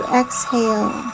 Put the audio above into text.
exhale